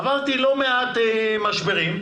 עברתי לא מעט משברים.